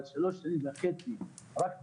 אבל במשך שלוש שנים וחצי זה נמצא רק בחקירות.